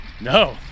No